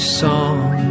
song